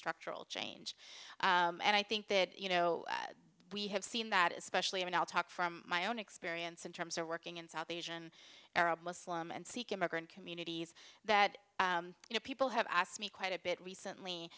structural change and i think that you know we have seen that especially in i'll talk from my own experience in terms of working in south asian arab muslim and sikh immigrant communities that you know people have asked me quite a bit recently